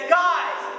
guys